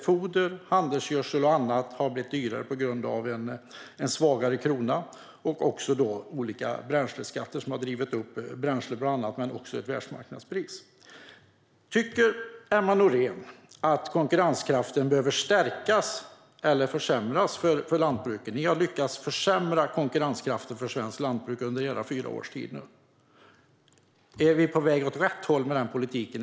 Foder, handelsgödsel och annat har blivit dyrare på grund av en svagare krona och därtill olika bränsleskatter som har drivit upp priset. Det beror också på världsmarknadspriset. Tycker Emma Nohrén att konkurrenskraften behöver stärkas eller försämras för lantbruken? Ni har lyckats försämra konkurrenskraften för svenskt lantbruk under era fyra år. Är vi på väg åt rätt håll med denna politik?